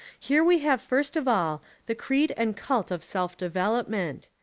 here we have first of all the creed and cult of self-development.